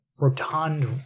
rotund